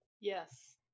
Yes